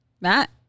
Matt